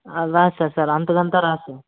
రాదు సార్ అంతకంతా రాదు సార్